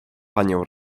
panią